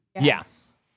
Yes